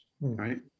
right